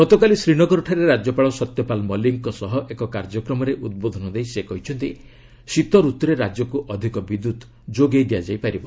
ଗତକାଲି ଶ୍ରୀନଗରଠାରେ ରାଜ୍ୟପାଳ ସତ୍ୟପାଳ ମଲିକଙ୍କ ସହ ଏକ କାର୍ଯ୍ୟକ୍ରମରେ ଉଦ୍ବୋଧନ ଦେଇ ସେ କହିଛନ୍ତି ଶୀତଋତୁରେ ରାଜ୍ୟକୁ ଅଧିକ ବିଦ୍ୟୁତ୍ ଯୋଗାଇ ଦିଆଯାଇପାରିବ